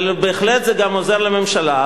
אבל בהחלט זה גם עוזר לממשלה.